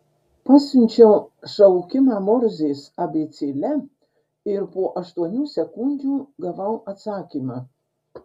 pasiunčiau šaukimą morzės abėcėle ir po aštuonių sekundžių gavau atsakymą